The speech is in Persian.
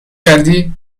کردی